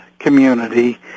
Community